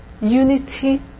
unity